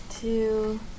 two